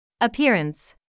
Appearance